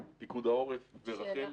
פיקוד העורף ורח"ל.